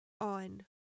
on